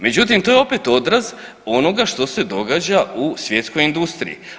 Međutim, to je opet odraz onoga što se događa u svjetskoj industriji.